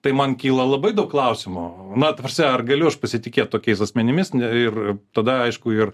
tai man kyla labai daug klausimų na ta prasme ar galiu pasitikėt tokiais asmenimis ir tada aišku ir